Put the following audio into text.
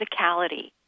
physicality